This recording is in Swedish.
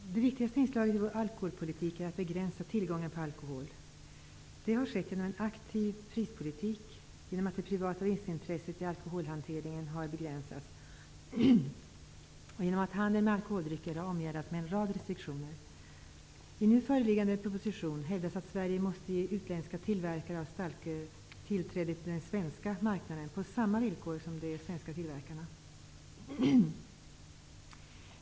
Fru talman! Det viktigaste inslaget i vår alkoholpolitik är att begränsa tillgången på alkohol. Det har skett genom en aktiv prispolitik, genom att det privata vinstintresset i alkoholhanteringen har begränsats och genom att handeln med alkoholdrycker har omgärdats med en rad restriktioner. I den nu föreliggande propositionen hävdas att Sverige måste ge utländska tillverkare av starköl tillträde till den svenska marknaden på samma villkor som de svenska tillverkarna.